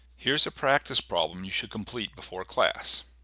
heres a practice problem you should complete before class.